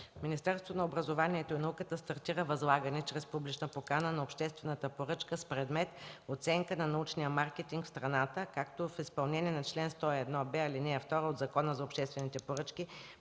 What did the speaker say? Министерството на образованието и науката стартира възлагане чрез публична покана на обществената поръчка с предмет „Оценка на научния маркетинг в страната”, както и в изпълнение на чл. 101б, ал. 2 от Закона за обществените поръчки.